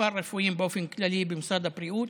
פארה-רפואיים באופן כללי במשרד הבריאות,